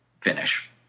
finish